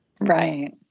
Right